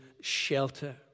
shelter